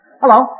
Hello